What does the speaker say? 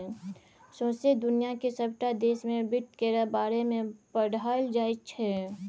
सौंसे दुनियाक सबटा देश मे बित्त केर बारे मे पढ़ाएल जाइ छै